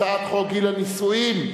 הצעת חוק גיל הנישואין (תיקון,